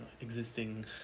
existing